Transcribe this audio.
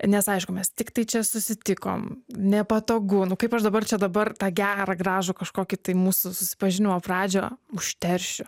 nes aišku mes tiktai čia susitikom nepatogu nu kaip aš dabar čia dabar tą gerą gražų kažkokį tai mūsų susipažinimo pradžią užteršiu